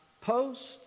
post